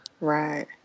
Right